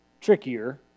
trickier